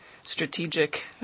strategic